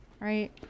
right